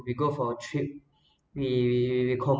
we go for a trip we we we